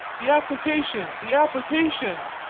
the application! the application!